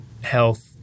health